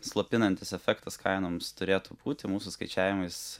slopinantis efektas kainoms turėtų būti mūsų skaičiavimais